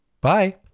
Bye